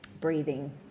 breathing